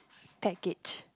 package